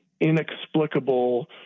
inexplicable